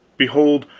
behold,